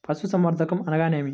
పశుసంవర్ధకం అనగానేమి?